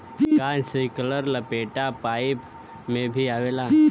का इस्प्रिंकलर लपेटा पाइप में भी आवेला?